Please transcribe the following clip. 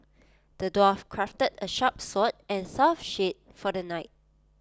the dwarf crafted A sharp sword and tough shield for the knight